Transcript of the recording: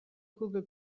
google